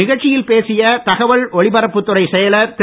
நிகழ்ச்சியில் பேசிய தகவல் ஒலிபரப்பு துறைச் செயலர் திரு